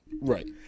Right